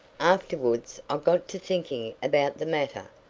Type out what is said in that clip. afterwards i got to thinking about the matter.